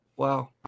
Wow